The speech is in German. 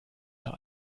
der